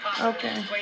Okay